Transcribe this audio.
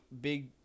Big